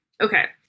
Okay